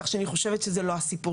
כך שאני חושבת שזה לא הסיפור.